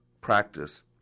practice